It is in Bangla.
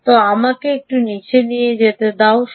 তো আমাকে এখানে একটু নীচে যেতে দাও হ্যাঁ